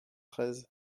treize